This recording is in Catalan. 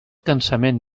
cansament